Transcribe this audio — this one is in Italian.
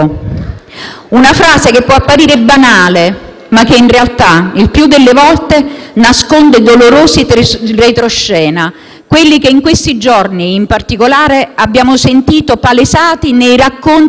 ma che, in realtà, il più delle volte nasconde dolorosi retroscena. Quelli che, in questi giorni in particolare, abbiamo sentito palesati nei racconti delle tante donne che, purtroppo, vanno ad arricchire